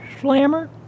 slammer